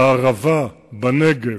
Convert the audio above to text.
בערבה, בנגב,